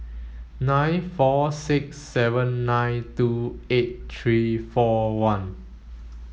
nine four six seven nine two eight three four one